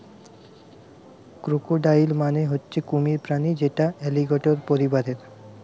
crocodile মানে হচ্ছে কুমির প্রাণী যেটা অলিগেটের পরিবারের